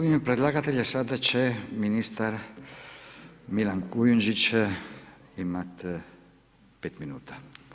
U ime predlagatelja sada će ministar Milan Kujundžić imate 5 minuta.